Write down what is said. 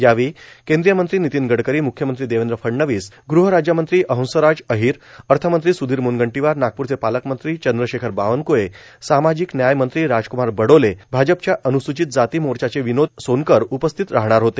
यावेळी केंद्रीय मंत्री नितीन गडकरी मुख्यमंत्री देवेंद्र फडणवीस गृहराज्यमंत्री हंसराज अहिर अर्थमंत्री सुधीर म्रनगंटीवार नागपूरचे पालकमंत्री चंद्रशेखर बावनक्रुळे सामाजिक न्याय मंत्री राजकुमार बडोले भाजपच्या अनुसूचित जाती मोर्चाचे विनोद सोनकर उपस्थित राहणार होते